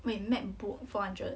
wait macbook four hundred